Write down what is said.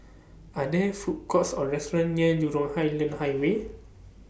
Are There Food Courts Or restaurants near Jurong Island Highway